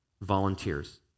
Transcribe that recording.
volunteers